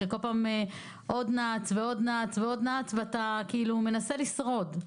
שכל פעם עוד נעץ ועוד נעץ ועוד נעץ ואתה מנסה לשרוד.